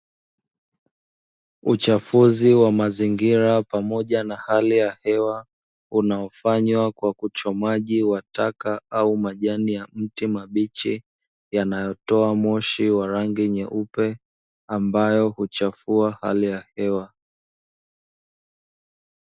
Uchafuzi wa mazingira pamoja na hali ya hewa unaofanywa kwa uchomaji wa taka au Majani ya miti yanayotoa moshi wa rangi nyeupe ambayo huchafua hali ya hewa.